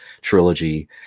trilogy